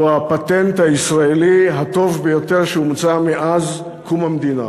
הפטנט הישראלי הטוב ביותר שהומצא מאז קום המדינה.